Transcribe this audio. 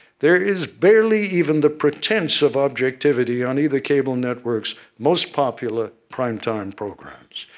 there is barely even the pretense of objectivity on either cable network's most popular prime time programs.